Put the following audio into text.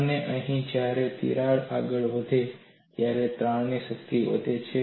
અને અહીં જ્યારે તિરાડ આગળ વધે ત્યારે તાણની શક્તિ વધે છે